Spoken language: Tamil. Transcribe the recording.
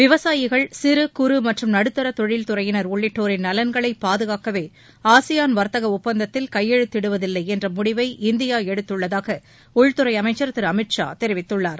விவசாயிகள் சிறு சுகறு மற்றும் நடுத்தர தொழில் துறையினர் உள்ளிட்டோரின் நலன்களை பாதுகாக்கவே ஆசியான் வர்த்தக ஒப்பந்தத்தில் கையெழுத்திடுவதில்லை என்ற முடிவை இந்தியா எடுத்துள்ளதாக உள்துறை அமைச்சர் திரு அமித் ஷா தெரிவித்துள்ளார்